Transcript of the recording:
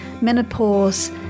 menopause